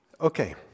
Okay